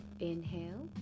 inhale